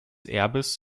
erbes